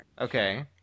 Okay